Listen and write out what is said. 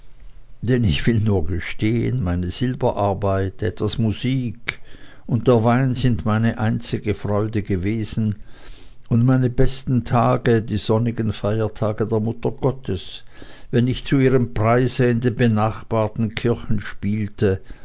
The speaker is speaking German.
denn ich will nur gestehen meine silberarbeit etwas musik und der wein sind meine einzige freude gewesen und meine besten tage die sonnigen feiertage der mutter gottes wenn ich zu ihrem preise in den benachbarten kirchen spielte